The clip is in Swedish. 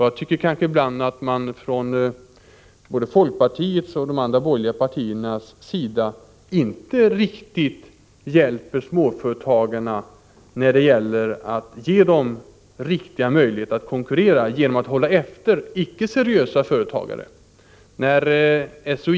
Jag tycker kanske ibland att både folkpartiet och de andra borgerliga partierna inte riktigt vill hjälpa småföretagarna att få möjligheter att konkurrera på lika villkor genom att icke seriösa företagare hålls efter.